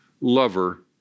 lover